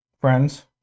friends